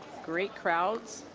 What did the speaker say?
great crowds,